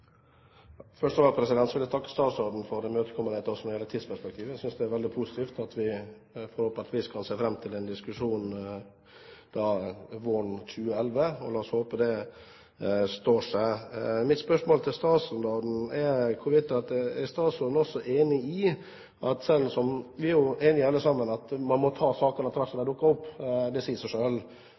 Først av alt vil jeg takke statsråden for å imøtekomme oss når det gjelder tidsperspektivet. Jeg synes det er veldig positivt at vi forhåpentligvis kan se fram til en diskusjon våren 2011. La oss håpe det står seg. Vi er jo enige alle sammen om at man må ta sakene etter hvert som de dukker opp, det sier seg selv. Men er statsråden også enig i at det kan være greit å få en så tidlig avklaring som mulig nettopp av den strategiske biten, hvordan man